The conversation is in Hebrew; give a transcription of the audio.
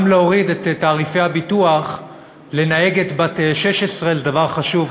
גם להוריד את תעריפי הביטוח לנהגת בת 16 זה דבר חשוב.